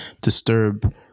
disturb